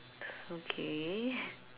okay